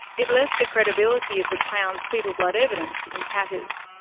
it left the credibility of the crown's foetal blood evidence in tatters.